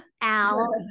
Al